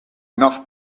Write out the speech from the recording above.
enough